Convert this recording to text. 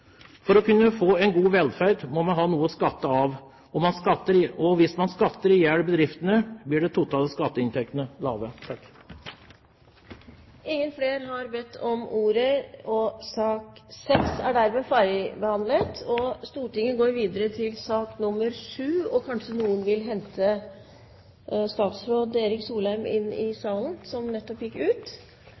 For å kunne få en god velferd må man ha noe å skatte av, og hvis man skatter bedriftene i hjel, blir de totale skatteinntektene lave. Flere har ikke bedt om ordet til sak nr. 6. Vi går så til sak nr. 7. Kanskje noen vil hente statsråd Erik Solheim inn i salen? Han gikk nettopp ut.